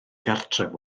gartref